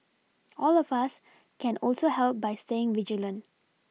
all of us can also help by staying vigilant